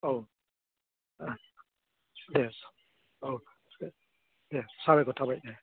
औ देह औ देह साबायखर थाबाय